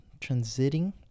transiting